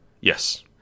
Yes